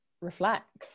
reflect